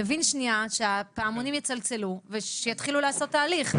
יבין שניה שהפעמונים יצלצלו ושיתחילו לעשות תהליך.